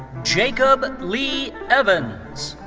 jacob lee evans.